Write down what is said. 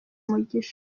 umugisha